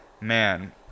man